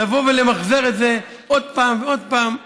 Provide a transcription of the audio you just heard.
לבוא ולמחזר את זה עוד פעם ועוד פעם,